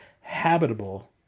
habitable